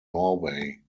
norway